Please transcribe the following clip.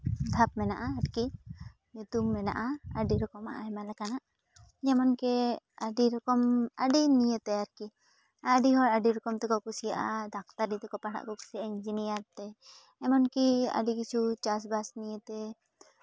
ᱫᱷᱟᱯ ᱢᱮᱱᱟᱜᱼᱟ ᱟᱨᱠᱤ ᱧᱩᱛᱩᱢ ᱢᱮᱱᱟᱜᱼᱟ ᱟᱹᱰᱤ ᱨᱚᱠᱚᱢᱟᱜ ᱟᱭᱢᱟ ᱞᱮᱠᱟᱱᱟᱜ ᱡᱮᱢᱚᱱᱠᱤ ᱟᱹᱰᱤ ᱨᱚᱠᱚᱢ ᱟᱹᱰᱤ ᱱᱤᱭᱮᱛᱮ ᱟᱨᱠᱤ ᱟᱹᱰᱤ ᱦᱚᱲ ᱟᱹᱰᱤ ᱨᱚᱠᱚᱢ ᱛᱮᱠᱚ ᱠᱩᱥᱤᱭᱟᱜᱼᱟ ᱰᱟᱠᱛᱟᱨᱤ ᱛᱮ ᱯᱟᱲᱦᱟᱜ ᱠᱚ ᱠᱩᱥᱤᱭᱟᱜᱼᱟ ᱤᱧᱡᱤᱱᱤᱭᱟᱨ ᱛᱮ ᱮᱢᱚᱱᱠᱤ ᱟᱹᱰᱤ ᱠᱤᱪᱷᱩ ᱪᱟᱥᱼᱵᱟᱥ ᱱᱤᱭᱟᱹᱛᱮ